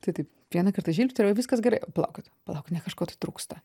tai taip vieną kartą žvilgtelėjau viskas gerai palaukit palaukit ne kažko tai trūksta